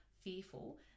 fearful